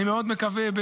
אני מאוד מקווה.